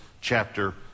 chapter